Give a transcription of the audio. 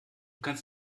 kannst